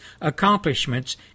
accomplishments